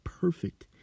perfect